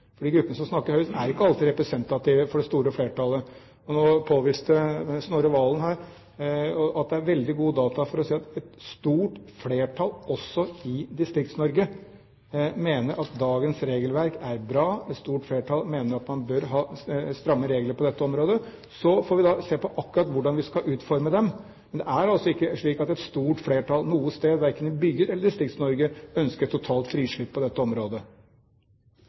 De gruppene som snakker høyest, er ikke alltid representative for det store flertallet. Nå påviste Snorre Serigstad Valen her at det er veldig gode data for å si at et stort flertall også i Distrikts-Norge mener at dagens regelverk er bra. Et stort flertall mener at man bør ha stramme regler på dette området. Så får vi se på akkurat hvordan vi skal utforme dem, men det er ikke slik at et stort flertall noe sted, verken i byer eller i Distrikts-Norge, ønsker et totalt frislipp på dette området.